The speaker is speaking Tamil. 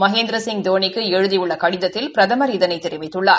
மகேந்திரசிங் தோனிக்கு எழுதியுள்ள கடிதத்தில் பிரதமர் இதனைத் தெரிவித்துள்ளார்